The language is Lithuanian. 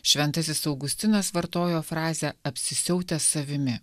šventasis augustinas vartojo frazę apsisiautęs savimi